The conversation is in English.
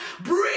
Breathe